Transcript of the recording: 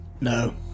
No